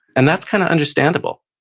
and that's kind of understandable.